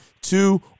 two